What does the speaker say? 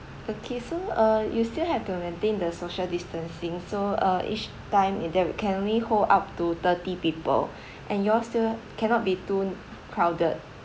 okay so uh you still have to maintain the social distancing so uh each time in there we can only hold up to thirty people and you all still cannot be too crowded